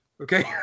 okay